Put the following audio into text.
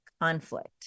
conflict